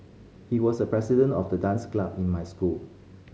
he was a president of the dance club in my school